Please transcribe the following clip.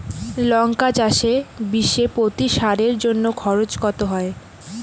লঙ্কা চাষে বিষে প্রতি সারের জন্য খরচ কত হয়?